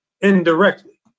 indirectly